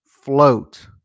float